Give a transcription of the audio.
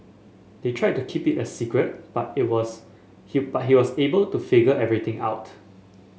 they tried to keep it a secret but he was he but he was able to figure everything out